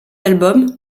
album